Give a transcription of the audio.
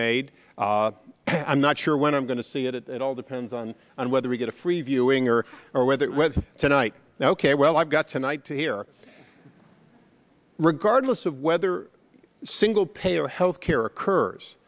made and i'm not sure when i'm going to see it it all depends on whether we get a free viewing or or whether it whether tonight ok well i've got tonight to hear regardless of whether single payer health care occurs